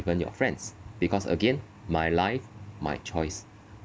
even your friends because again my life my choice